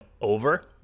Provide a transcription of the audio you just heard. over